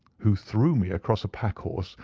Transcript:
who threw me across a pack-horse,